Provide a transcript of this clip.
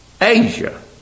Asia